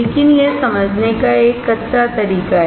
लेकिन यह समझने का एक कच्चा तरीका है